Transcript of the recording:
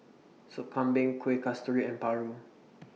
Sop Kambing Kueh Kasturi and Paru